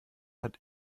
hat